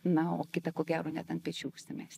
na o kitą ko gero net ant pečių užsimesti